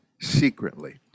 secretly